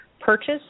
purchase